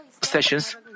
sessions